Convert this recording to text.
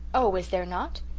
oh, is there not?